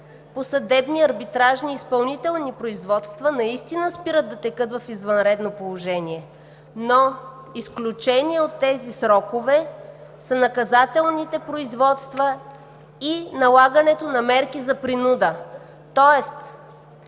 по съдебни, арбитражни, изпълнителни производства наистина спират да текат в извънредно положение, но изключение от тези срокове са наказателните производства и налагането на мерки за принуда,